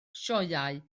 sioeau